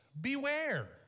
beware